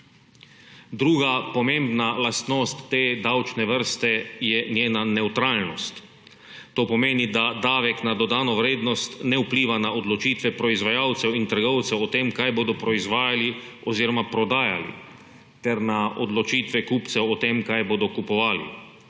Druga pomembna lastnost te davčne vrste je njena nevtralnost. To pomeni, da davek na dodano vrednost ne vpliva na odločitve proizvajalcev in trgovcev o tem, kaj bodo proizvajali oziroma prodajali, ter na odločitve kupcev o tem, kaj bojo kupovali.